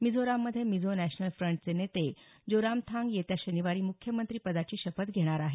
मिझोराममधे Mizo National फ्रंटचे नेते जोरामथांग येत्या शनिवारी मुख्यमंत्रिपदाची शपथ घेणार आहेत